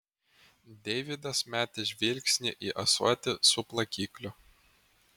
deividas metė žvilgsnį į ąsotį su plakikliu